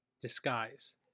Disguise